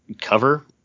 Cover